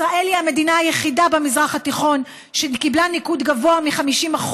ישראל היא המדינה היחידה במזרח התיכון שקיבלה ניקוד גבוה מ-50%.